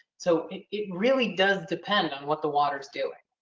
so it it really does depend on what the water's doing.